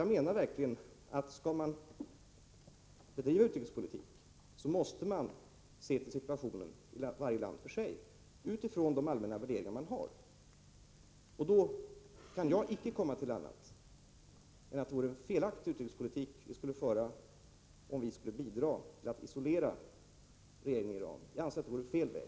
Jag menar verkligen att skall man bedriva utrikespolitik måste man se till situationen i varje land för sig med utgångspunkt i de allmänna värderingarna. Jag kan inte komma till någon annan slutsats än att det vore felaktig utrikespolitik om vi skulle bidra till att isolera regeringen i Iran. Jag anser att det vore fel väg.